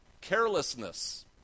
carelessness